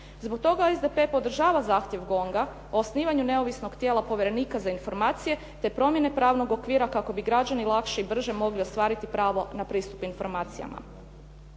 Zbog toga SDP podržava zahtjev GONG o osnivanju neovisnog tijela povjerenika za informacije te promjene pravnog okvira kako bi građani lakše i brže mogli ostvariti pravo na pristup informacijama.